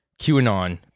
QAnon